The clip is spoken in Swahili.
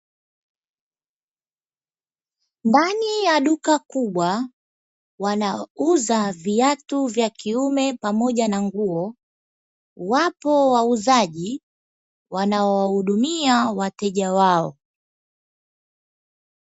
Ndani ya duka kubwa wanauza viatu vya kiume pamoja na nguo. Wapo wauzaji wanao wahudumia wateja wao.